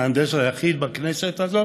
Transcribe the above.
המהנדס היחיד בכנסת הזאת,